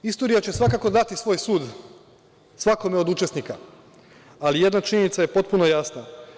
Istorija će svakako dati svoj sud svakome od učesnika, ali jedna činjenica je potpuno jasna.